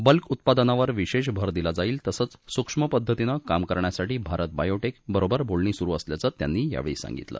bulk उत्पादनावर विशेष भर दिला जाईल तसंच सुक्ष्म पद्धतीनं काम करण्यासाठी भारत बायोटेकबरोबर बोलणी सुरू असल्याचं त्यांनी सांगितलं